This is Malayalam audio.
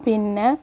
പിന്നെ